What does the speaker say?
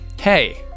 Hey